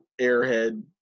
airhead